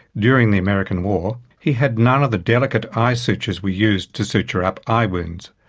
during the american war, he had none of the delicate eye sutures we use to suture up eye wounds,